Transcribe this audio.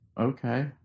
okay